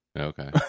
Okay